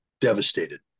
devastated